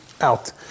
out